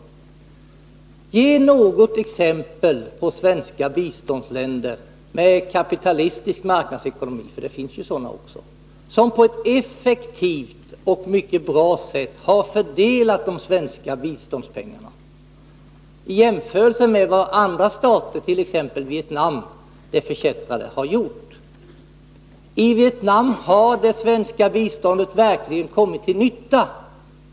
Ge något exempel på svenska biståndsländer med kapitalistisk marknadsekonomi -— det finns sådana också — som på ett effektivt och mycket bra sätt har fördelat de svenska biståndspengarna i jämförelse med vad andra stater har gjort! I t.ex. Vietnam — det förkättrade — har det svenska biståndet verkligen kommit till nytta.